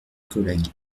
collègue